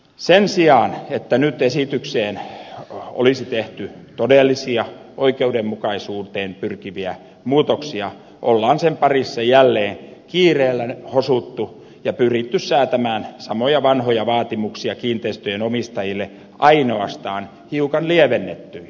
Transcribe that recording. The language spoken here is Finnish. sen sijaan että nyt esitykseen olisi tehty todellisia oikeudenmukaisuuteen pyrkiviä muutoksia on sen parissa jälleen kiireellä hosuttu ja pyritty säätämään samoja vanhoja vaatimuksia kiinteistöjen omistajille ainoastaan hiukan lievennettyinä